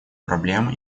проблем